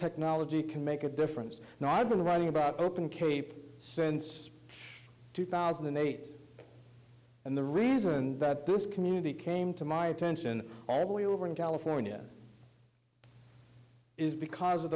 technology can make a difference and i've been writing about open cape sense two thousand and eight and the reason that this community came to my attention over in california is because of